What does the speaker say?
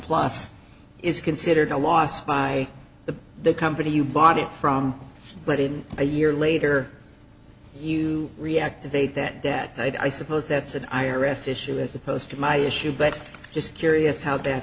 plus is considered a loss by the the company you bought it from but in a year later you reactivate that debt i suppose that's an i r s issue as opposed to my issue but just curious how